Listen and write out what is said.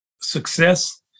success